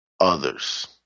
others